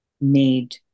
made